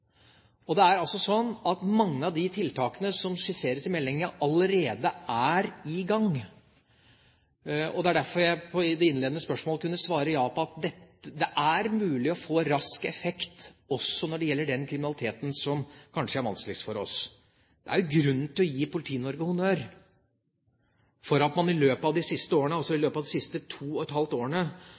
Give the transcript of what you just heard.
Det er altså slik at mange av de tiltakene som skisseres i meldingen, allerede er i gang. Det er derfor jeg på det innledende spørsmål kunne svare ja på at det er mulig å få rask effekt, også når det gjelder den kriminaliteten som kanskje er vanskeligst for oss. Det er grunn til å gi Politi-Norge honnør for at man i løpet av de siste to og et halvt årene har bidratt til en nedgang f.eks. i grove tyverier i Oslo med 36 pst. – det er et